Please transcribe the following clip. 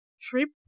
trip